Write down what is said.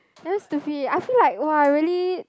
very stupid I feel like !wah! really